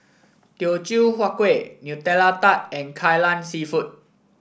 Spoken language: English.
Teochew Huat Kueh Nutella Tart And Kai Lan seafood